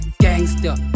gangster